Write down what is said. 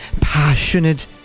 passionate